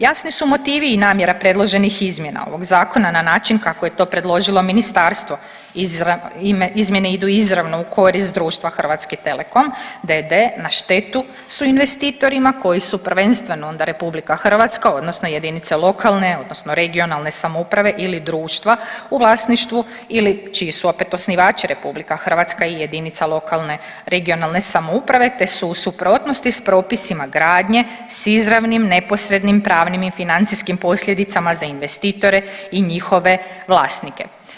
Jasni su motivi i namjera predloženih izmjena ovog zakona na način kako je to predložilo ministarstvo, izmjene idu izravno u korist društva Hrvatski telekom d.d. na štetu suinvestitorima koji su prvenstveno onda RH odnosno jedinice lokalne odnosno regionalne samouprave ili društva u vlasništvu ili čiji su opet osnivači RH i jedinica lokalne i regionalne samouprave, te su u suprotnosti s propisima gradnje s izravnim neposrednim pravnim i financijskim posljedicama za investitore i njihove vlasnike.